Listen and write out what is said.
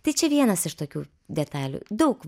tai čia vienas iš tokių detalių daug